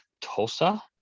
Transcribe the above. tulsa